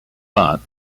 month